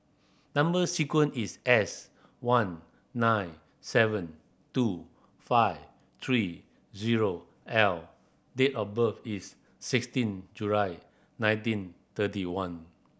number sequence is S one nine seven two five three zero L date of birth is sixteen July nineteen thirty one